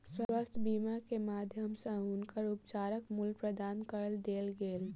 स्वास्थ्य बीमा के माध्यम सॅ हुनकर उपचारक मूल्य प्रदान कय देल गेल